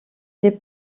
des